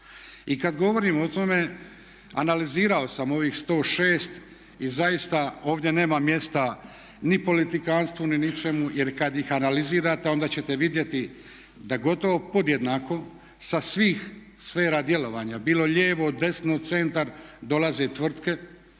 I kad govorim o tome analizirao sam ovih 106 i zaista ovdje nema mjesta ni politikantstvu ni ničemu jer kad ih analizirate onda ćete vidjeti da gotovo podjednako sa svih sfera djelovanja, bilo lijevo, desno, centar dolaze tvrtke